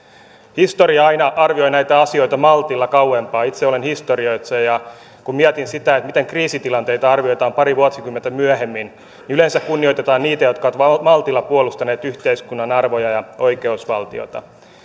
historia aina arvioi näitä asioita maltilla kauempaa itse olen historioitsija kun mietin sitä miten kriisitilanteita arvioidaan pari vuosikymmentä myöhemmin niin yleensä kunnioitetaan niitä jotka ovat maltilla puolustaneet yhteiskunnan arvoja ja oikeusvaltiota